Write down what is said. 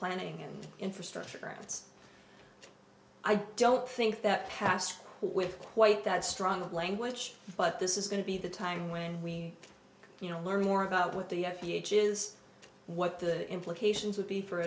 planning an infrastructure of its i don't think that passed with quite that strong language but this is going to be the time when we you know learn more about what the f b i age is what the implications would be for